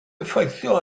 effeithio